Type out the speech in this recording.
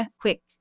quick